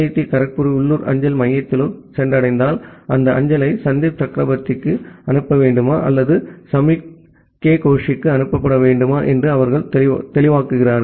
D கரக்பூரின் உள்ளூர் அஞ்சல் மையத்திலோ சென்றடைந்தால் அந்த அஞ்சலை சந்தீப் சக்ரவர்த்திக்கு அனுப்ப வேண்டுமா அல்லது ச m முக் கே கோஷுக்கு அனுப்பப்பட வேண்டுமா என்று அவர்கள் தெளிவாக்குகிறார்கள்